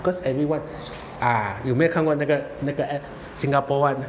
cause everyone ah 你有没有看过这个那个 app singapore [one]